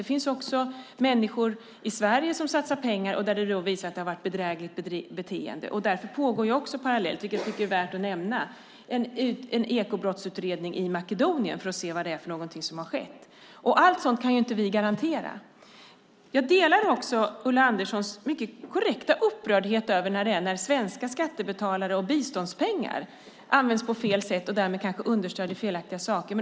Det finns också människor i Sverige som satsar pengar, och det förekommer bedrägligt beteende. Det är värt att nämna att det pågår en ekobrottsutredning i Makedonien för att se vad det är som har skett. Jag delar också Ulla Anderssons mycket berättigade upprördhet över att svenska skattemedel och biståndspengar används på fel sätt och kanske understödjer felaktiga saker.